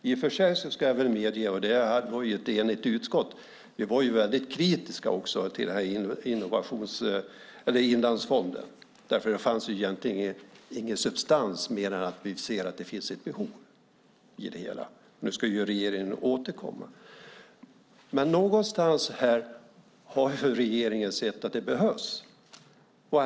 I och för sig ska jag medge - och vi var ett enigt utskott - att vi var väldigt kritiska till inlandsfonden, därför att det egentligen inte finns någon substans utan mer ett behov av det hela. Nu ska ju regeringen återkomma. Någonstans här har regeringen sett att det här behövs.